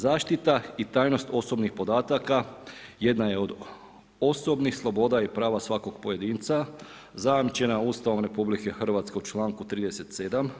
Zaštita i tajnost osobnih podataka jedna je od osobnih sloboda i prava svakog pojedinca zajamčena Ustavom RH u čl. 37.